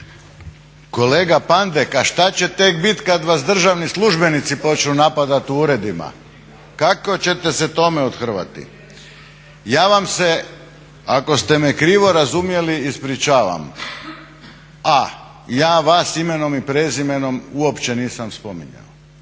Kolega Pandek, a šta će tek biti kad vas državni službenici počnu napadati u uredima? Kako ćete se tome othrvati? Ja vam se ako ste me krivo razumjeli ispričavam, a ja vas imenom i prezimenom uopće nisam spominjao,